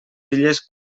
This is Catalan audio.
illes